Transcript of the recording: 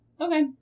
Okay